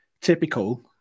typical